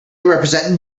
represent